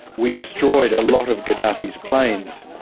we destroyed a lot of gaddafi's planes.